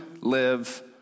live